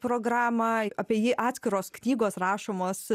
programą apie jį atskiros knygos rašomos